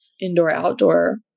indoor-outdoor